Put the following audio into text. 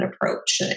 approach